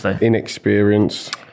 inexperienced